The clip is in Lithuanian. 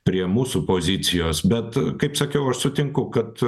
prie mūsų pozicijos bet kaip sakiau aš sutinku kad